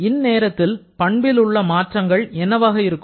இந்நேரத்தில் பண்பில் உள்ள மாற்றங்கள் என்னவாக இருக்கும்